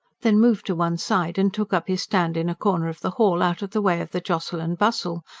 then moved to one side and took up his stand in a corner of the hall, out of the way of the jostle and bustle,